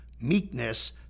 meekness